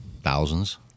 Thousands